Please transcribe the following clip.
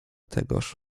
tegoż